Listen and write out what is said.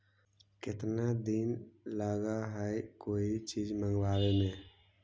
केतना दिन लगहइ कोई चीज मँगवावे में?